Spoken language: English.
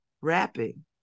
rapping